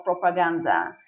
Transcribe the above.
propaganda